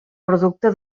producte